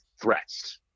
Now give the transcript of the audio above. threats